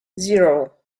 zero